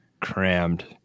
crammed